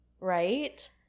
Right